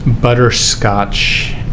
butterscotch